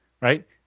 right